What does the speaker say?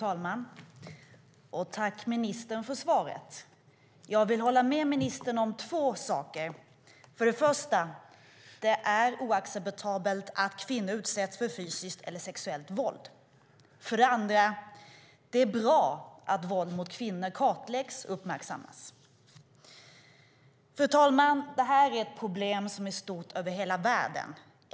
Fru talman! Tack, ministern, för svaret! Jag vill hålla med ministern om två saker. För det första är det oacceptabelt att kvinnor utsätts för fysiskt eller sexuellt våld. För det andra är det bra att våld mot kvinnor kartläggs och uppmärksammas. Fru talman! Det här är ett problem som är stort över hela världen.